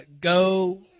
go